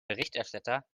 berichterstatter